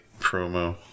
promo